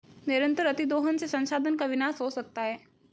निरंतर अतिदोहन से संसाधन का विनाश हो सकता है